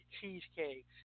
cheesecakes